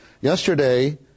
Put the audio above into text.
Yesterday